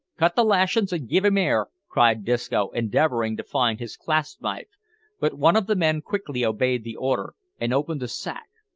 cut the lashin's and give him air, cried disco, endeavouring to find his clasp-knife but one of the men quickly obeyed the order, and opened the sack.